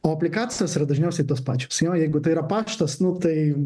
o aplikacijos yra dažniausiai tos pačios jo jeigu tai yra paštas nu tai